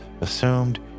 assumed